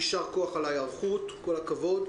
יישר כוח על ההיערכות, כל הכבוד.